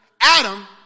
Adam